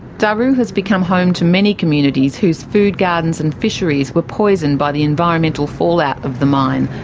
daru has become home to many communities whose food gardens and fisheries were poisoned by the environmental fallout of the mine,